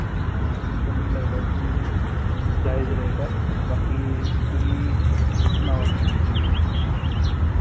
एह् ते मि लगदा कि जायज रेट ऐ बाकि तुसीं सनाओ